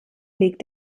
legt